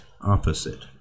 opposite